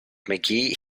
mcgee